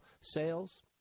sales